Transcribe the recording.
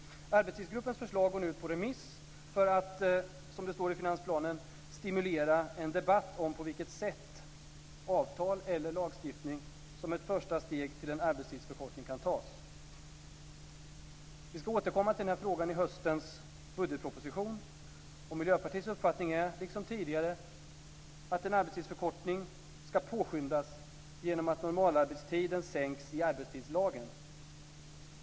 Arbetstidsgruppens förslag går nu ut på remiss för att, som det står i finansplanen, "stimulera en debatt om på vilket sätt - avtal eller lagstiftning - som ett första steg till en arbetstidsförkortning kan tas." Vi ska återkomma till den här frågan i höstens budgetproposition. Miljöpartiets uppfattning är liksom tidigare att en arbetstidsförkortning ska påskyndas genom att normalarbetstiden sänks i arbetstidslagen.